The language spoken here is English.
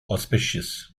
auspicious